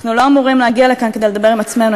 אנחנו לא אמורים להגיע לכאן כדי לדבר עם עצמנו,